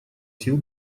сил